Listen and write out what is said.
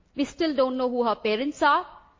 we still don't know who her parents are,